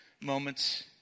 moments